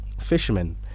fishermen